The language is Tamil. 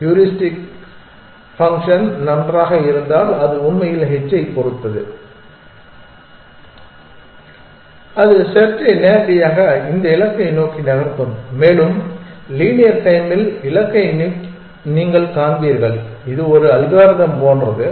ஹூரிஸ்டிக் ஃபங்க்ஷன் நன்றாக இருந்தால் அது உண்மையில் h ஐப் பொறுத்தது அது செர்ச்சை நேரடியாக இந்த இலக்கை நோக்கி நகர்த்தும் மேலும் லீனியர் டைம்மில் இலக்கை நீங்கள் காண்பீர்கள் இது ஒரு அல்காரிதம் போன்றது